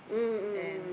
mm mm mm mm